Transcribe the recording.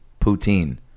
Poutine